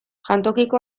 jantokiko